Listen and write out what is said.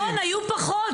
רון, היו פחות.